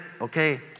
okay